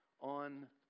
on